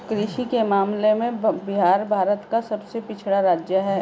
कृषि के मामले में बिहार भारत का सबसे पिछड़ा राज्य है